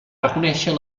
reconèixer